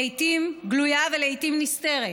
לעיתים גלויה ולעיתים נסתרת,